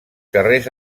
carrers